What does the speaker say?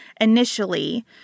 initially